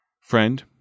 Friend